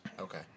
Okay